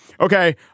Okay